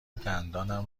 دندانم